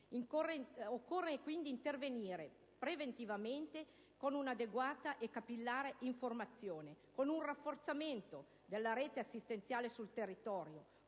Occorre, quindi, intervenire preventivamente con un'adeguata e capillare informazione, con un rafforzamento della rete assistenziale sul territorio,